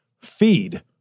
feed